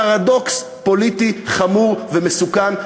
פרדוקס פוליטי חמור ומסוכן,